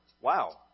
Wow